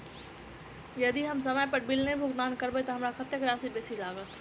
यदि हम समय पर बिल भुगतान नै करबै तऽ हमरा कत्तेक राशि बेसी लागत?